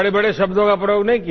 इसे बड़े शब्दों का प्रयोग नहीं किया